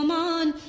um on